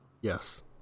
Yes